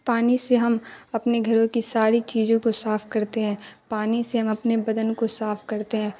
پانی سے ہم اپنے گھروں کی ساری چیزوں کو صاف کرتے ہیں پانی سے ہم اپنے بدن کو صاف کرتے ہیں